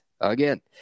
again